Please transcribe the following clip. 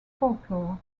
folklore